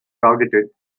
targeted